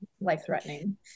life-threatening